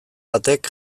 batek